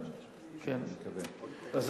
כן, אני